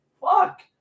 fuck